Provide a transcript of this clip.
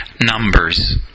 numbers